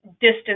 distance